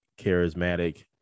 charismatic